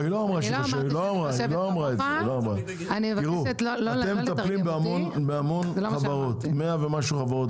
אתם מתעסקים בהמון חברות, 100 ומשהו חברות.